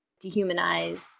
dehumanized